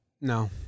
No